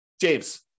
James